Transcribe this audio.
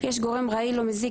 יש גורם רעיל או מזיק,